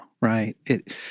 right